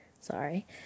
sorry